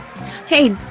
Hey